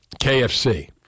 KFC